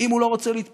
אם הוא לא רוצה להתפטר,